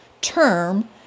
term